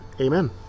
Amen